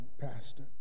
pastor